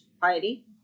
piety